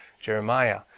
Jeremiah